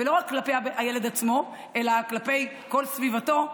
ולא רק כלפי הילד עצמו אלא כלפי כל סביבתו,